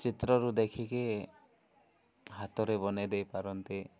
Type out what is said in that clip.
ଚିତ୍ରରୁ ଦେଖିକି ହାତରେ ବନେଇ ଦେଇପାରନ୍ତି